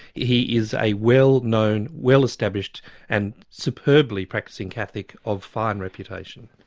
he is a well-known, well-established and superbly practising catholic of find reputation.